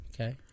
Okay